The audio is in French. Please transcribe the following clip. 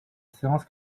séance